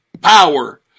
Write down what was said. power